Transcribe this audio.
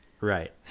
Right